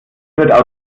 wird